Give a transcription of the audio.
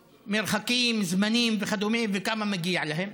מרחקים, זמנים וכדומה וכמה מגיע להם.